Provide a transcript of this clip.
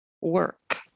work